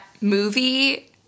movie